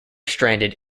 stranded